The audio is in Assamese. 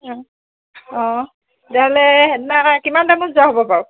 অঁ তেতিয়াহ'লে সেইদিনা কিমান টাইমত যোৱা হ'ব বাৰু